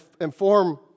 inform